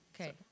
Okay